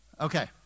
Okay